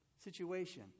Situation